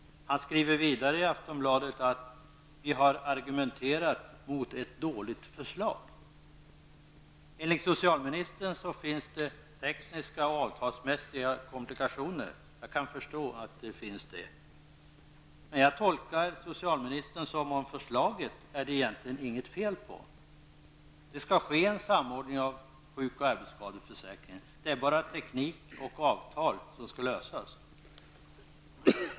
Han skriver vidare i Aftonbladet att ''Vi har argumenterat mot ett dåligt förslag''. Enligt socialministern finns det tekniska och avtalsmässiga komplikationer. Jag kan förstå det. Jag tolkar dock socialministern som om det egentligen inte är något fel på förslaget. Det skall ske en samordning av sjuk och arbetsskadeförsäkringen. Det är bara teknik och avtal som skall lösas.